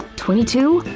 twenty-two?